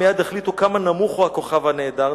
מייד יחליטו כמה נמוך הוא הכוכב הנהדר.